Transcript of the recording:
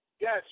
Yes